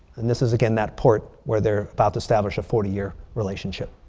and this is again, that port where they're about to establish a forty year relationship.